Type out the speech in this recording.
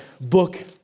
book